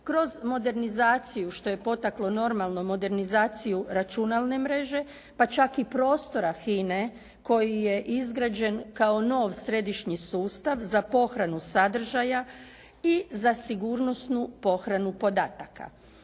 kroz modernizaciju što je potaklo normalno modernizaciju računalne mreže pa čak i prostora HINA-e koji je izgrađen kao nov središnji sustav za pohranu sadržaja i za sigurnosnu pohranu podataka.